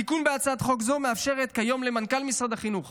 התיקון בהצעת חוק זו מאפשר כיום למנכ"ל משרד החינוך